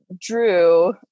drew